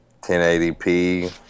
1080p